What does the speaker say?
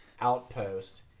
Outpost